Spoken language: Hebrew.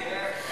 כן.